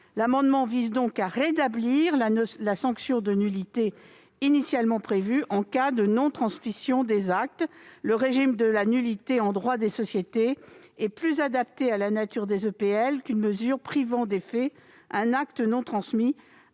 L'amendement vise donc à rétablir la sanction de nullité initialement prévue en cas de non-transmission des actes. Le régime de la nullité, en droit des sociétés, est plus adapté à la nature des EPL qu'une mesure privant d'effet un acte non transmis,